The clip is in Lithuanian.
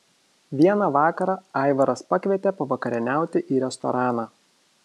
vieną vakarą aivaras pakvietė pavakarieniauti į restoraną